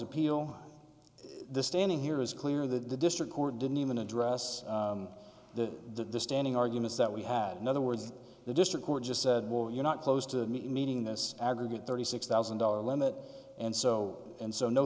appeal this standing here is clear that the district court didn't even address the standing arguments that we had in other words the district court just said well you're not close to meeting this aggregate thirty six thousand dollars limit and so and so no